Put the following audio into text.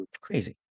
Crazy